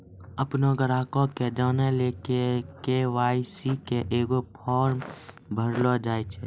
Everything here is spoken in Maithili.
अपनो ग्राहको के जानै लेली के.वाई.सी के एगो फार्म भरैलो जाय छै